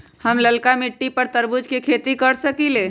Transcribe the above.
हम लालका मिट्टी पर तरबूज के खेती कर सकीले?